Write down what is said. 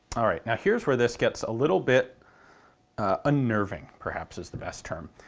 alright, now here's where this gets a little bit unnerving perhaps is the best term.